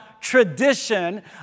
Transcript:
tradition